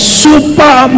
super